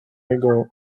niego